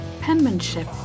Penmanship